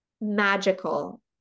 magical